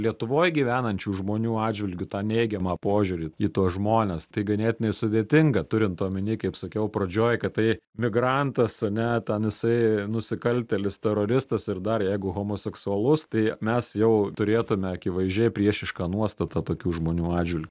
lietuvoj gyvenančių žmonių atžvilgiu tą neigiamą požiūrį į tuos žmones tai ganėtinai sudėtinga turint omeny kaip sakiau pradžioj kad tai migrantas ane ten jisai nusikaltėlis teroristas ir dar jeigu homoseksualus tai mes jau turėtume akivaizdžiai priešišką nuostatą tokių žmonių atžvilg